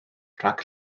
rhag